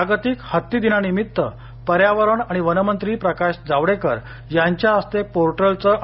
जागतिक हत्ती दिनानिमित्त पर्यावरण आणि वन मंत्री प्रकाश जावडेकर यांच्या हस्ते पोर्टलचं आणि